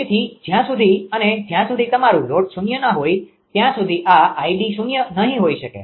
તેથી જ્યાં સુધી અને જ્યાં સુધી તમારું લોડ શૂન્ય ન હોય ત્યાં સુધી આ 𝐼𝑑 શૂન્ય નહીં હોઈ શકે